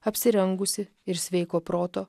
apsirengusį ir sveiko proto